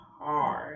hard